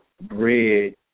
bread